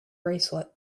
bracelet